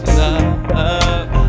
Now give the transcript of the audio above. love